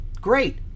great